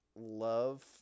love